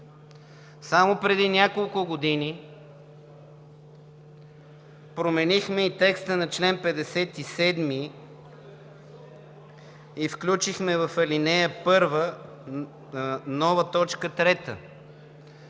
Само преди няколко години променихме и текста на чл. 57 и включихме в ал. 1 нова т. 3